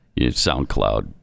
SoundCloud